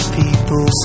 people